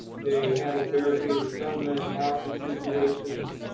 they handle barricaded gunmen, hostage situations,